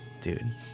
Dude